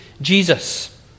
Jesus